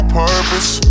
purpose